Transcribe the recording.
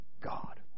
God